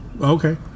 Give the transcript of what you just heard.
okay